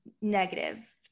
negative